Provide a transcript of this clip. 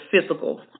physical